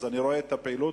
אני רואה את הפעילות,